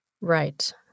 Right